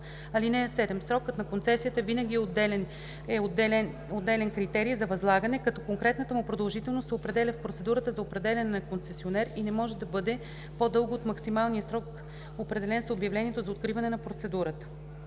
срок. (7) Срокът на концесията винаги е отделен критерий за възлагане, като конкретната му продължителност се определя в процедурата за определяне на концесионер и не може да бъде по дълга от максималния срок, определен с обявлението за откриване на процедурата.“